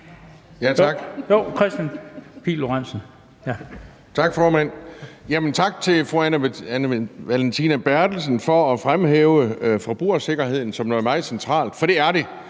tak til fru Anne Valentina Berthelsen for at fremhæve forbrugersikkerheden som noget meget centralt, for det er den.